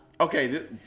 Okay